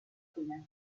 fine